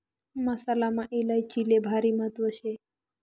मसालामा इलायचीले भारी महत्त्व शे